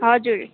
हजुर